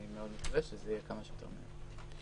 ואני מקווה שזה יהיה כמה שיותר מהר.